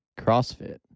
CrossFit